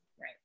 Right